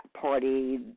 party